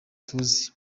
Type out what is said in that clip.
tuzi